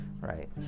right